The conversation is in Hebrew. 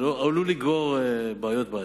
אבל הוא עלול לגרור בעיות בעתיד.